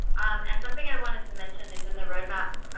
and something i wanted to mention is in the roadmap